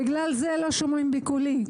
בגלל זה לא שומעים בקולי,